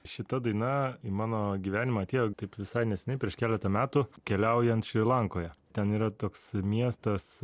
šita daina į mano gyvenimą atėjo taip visai neseniai prieš keletą metų keliaujant šri lankoje ten yra toks miestas